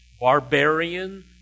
barbarian